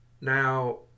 Now